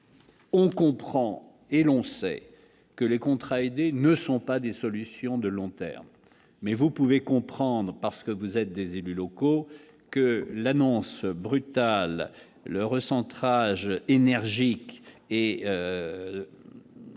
ne comprend et l'on sait que les contrats aidés ne sont pas des solutions de long terme, mais vous pouvez comprendre parce que vous êtes des élus locaux que l'annonce brutale le recentrage énergique et